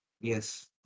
yes